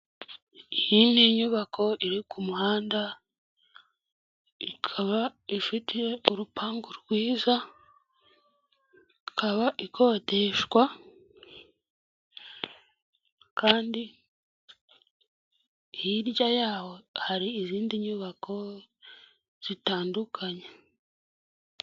Iyi ni nyubako iri ku muhanda ikaba ifite urupangu rwiza, ikaba ikodeshwa kandi hirya yaho hari izindi nyubako zitandukanye.